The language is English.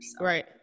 Right